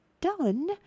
done